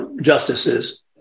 justices